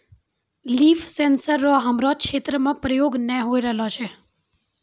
लिफ sensor रो हमरो क्षेत्र मे प्रयोग नै होए रहलो छै